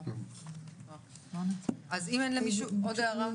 אז אם אין למישהו עוד הערה,